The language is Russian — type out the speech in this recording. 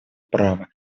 права